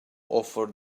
offered